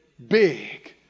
Big